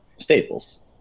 staples